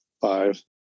five